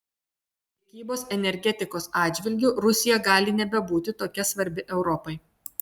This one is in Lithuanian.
prekybos energetikos atžvilgiu rusija gali nebebūti tokia svarbi europai